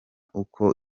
uko